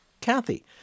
Kathy